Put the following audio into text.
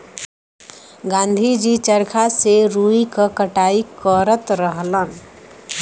गाँधी जी चरखा से रुई क कटाई करत रहलन